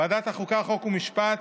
ועדת החוקה, חוק ומשפט